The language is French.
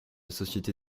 société